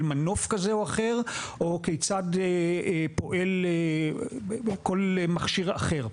מנוף כזה או אחר או כיצד פועל כל מכשיר אחר.